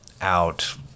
out